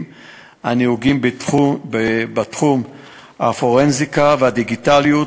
הנהוגים בתחום הפורנזיקה הדיגיטלית,